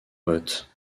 vote